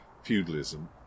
feudalism